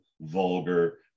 vulgar